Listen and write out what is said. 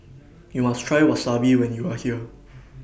YOU must Try Wasabi when YOU Are here